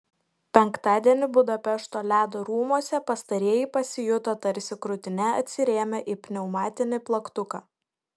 penktadienį budapešto ledo rūmuose pastarieji pasijuto tarsi krūtine atsirėmę į pneumatinį plaktuką